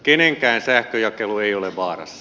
kenenkään sähkönjakelu ei ole vaarassa